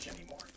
anymore